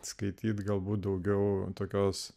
skaityti galbūt daugiau tokios